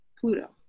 Pluto